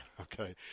Okay